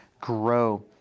grow